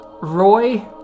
Roy